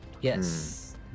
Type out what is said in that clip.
yes